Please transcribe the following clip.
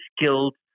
skilled